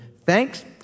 Thanks